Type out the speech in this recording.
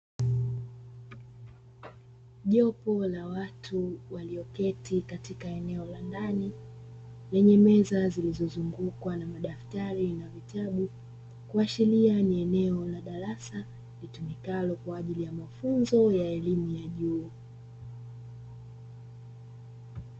Jopo la watu walioketi katika eneo la ndani, lenye meza zilizozungukwa na madaftari na vitabu. Kuashiria ni eneo la darasa litumikalo kwa ajili ya mafunzo ya elimu ya juu.